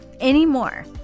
anymore